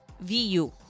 VU